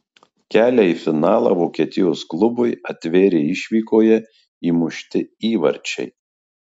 kelią į finalą vokietijos klubui atvėrė išvykoje įmušti įvarčiai